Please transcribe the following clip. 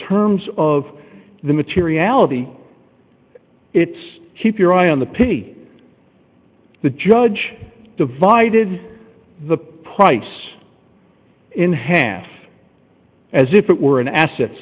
terms of the materiality it's keep your eye on the penny the judge divided the price in half as if it were an asset